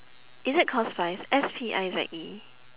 is it called spize S P I Z E